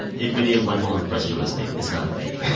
if any of my former professors are listening, it's not fake